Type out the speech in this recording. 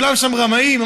כולם שם רמאים.